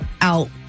out